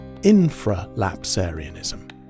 infralapsarianism